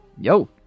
Yo